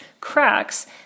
cracks